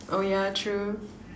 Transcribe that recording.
oh yeah true